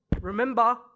remember